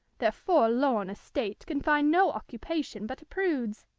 their forlorn estate can find no occupation but a prude's.